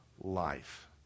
life